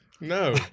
No